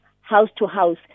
house-to-house